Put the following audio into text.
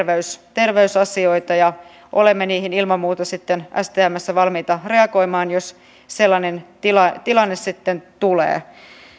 terveysasioita olemme niihin ilman muuta sitten stmssä valmiita reagoimaan jos sellainen tilanne tilanne tulee